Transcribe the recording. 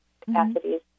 capacities